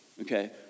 okay